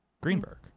Greenberg